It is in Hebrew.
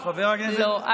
לא.